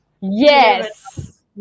yes